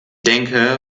denke